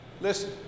Listen